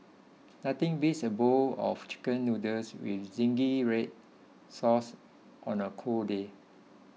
nothing beats a bowl of Chicken Noodles with Zingy Red Sauce on a cold day